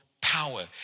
power